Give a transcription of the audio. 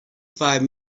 five